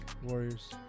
Warriors